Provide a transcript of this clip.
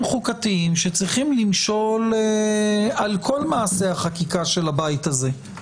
חוקתיים שצריכים למשול על כל מעשי החקיקה של הבית הזה.